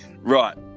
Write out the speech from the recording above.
Right